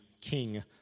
king